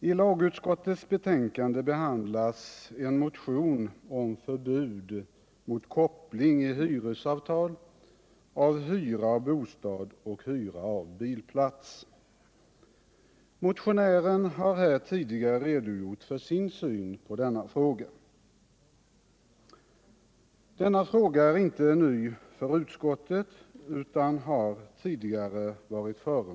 Frågan är inte ny för utskottet utan har tidigare varit föremål för riksdagens behandling.